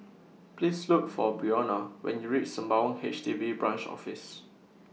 Please Look For Brionna when YOU REACH Sembawang H D B Branch Office